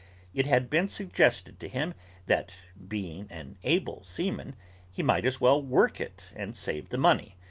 it had been suggested to him that being an able seaman he might as well work it and save the money,